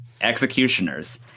executioners